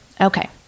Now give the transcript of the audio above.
Okay